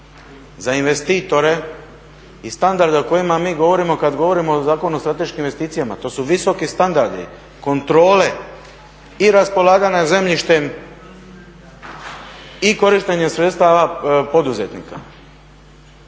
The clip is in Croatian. za investitore i standarde o kojima mi govorimo kad govorimo o Zakonu o strateškim investicijama. To su visoki standardi, kontrole, i raspolaganja zemljištem, i korištenjem sredstava poduzetnika.